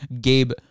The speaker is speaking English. Gabe